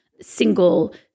single